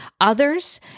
Others